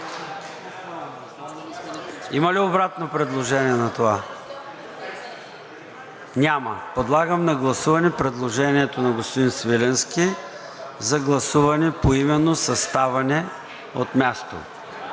Има ли обратно предложение на това? Няма. Подлагам на гласуване предложението на господин Свиленски за гласуване поименно със ставане от място.